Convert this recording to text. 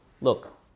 look